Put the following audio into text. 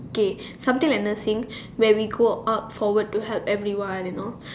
okay something like nursing where we go out forward to help everyone you know